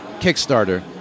Kickstarter